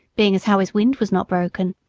being as how his wind was not broken.